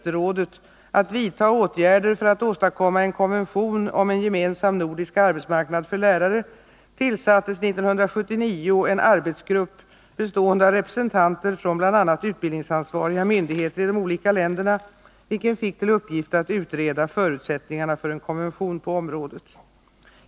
rådet att vidta åtgärder för att åstadkomma en konvention om en gemensam Nr 67 nordisk arbetsmarknad för lärare tillsattes 1979 en arbetsgrupp, bestående av Måndagen den representanter från bl.a. utbildningsansvariga myndigheter i de olika 26 januari 1981 länderna, vilken fick till uppgift att utreda förutsättningarna för en konvention på området.